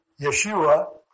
Yeshua